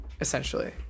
essentially